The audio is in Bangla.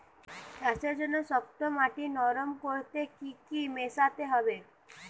চাষের জন্য শক্ত মাটি নরম করতে কি কি মেশাতে হবে?